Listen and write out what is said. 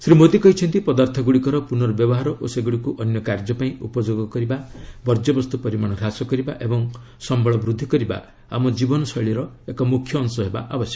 ଶ୍ରୀ ମୋଦୀ କହିଛନ୍ତି ପଦାର୍ଥଗୁଡ଼ିକର ପୁନର୍ବ୍ୟବହାର ଓ ସେଗୁଡ଼ିକୁ ଅନ୍ୟ କାର୍ଯ୍ୟ ପାଇଁ ଉପଯୋଗ କରିବା ବର୍ଜ୍ୟବସ୍ତୁ ପରିମାଣ ହ୍ରାସ କରିବା ଓ ସମ୍ଭଳ ବୃଦ୍ଧି କରିବା ଆମ ଜୀବନଶୈଳୀର ଏକ ମୁଖ୍ୟ ଅଂଶ ହେବା ଉଚିତ